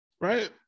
Right